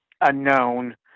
unknown